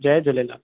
Jay Jhulelal